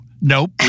nope